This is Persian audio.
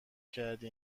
کردی